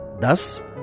Thus